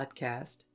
podcast